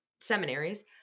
seminaries